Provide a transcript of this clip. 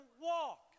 walk